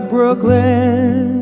Brooklyn